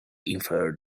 infer